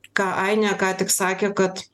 ką ainė ką tik sakė kad